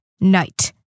night